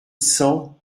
cent